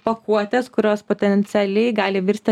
pakuotes kurios potencialiai gali virsti